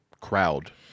crowd